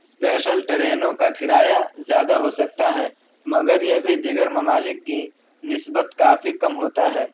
special ٹرینوں کا کرایہ زیادہ ہو سکتا ہے مگر یہ بھی دیگر ممالک کی نسبت کافی کم ہوتا ہے